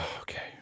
Okay